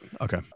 Okay